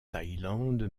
thaïlande